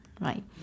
right